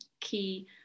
key